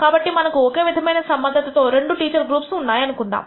కాబట్టి మనకు ఒకే విధమైన సమర్థతతో రెండు టీచర్స్ గ్రూప్స్ ఉన్నాయి అనుకుందాము